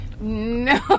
no